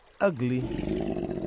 ugly